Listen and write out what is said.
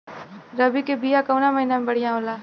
रबी के बिया कवना महीना मे बढ़ियां होला?